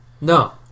No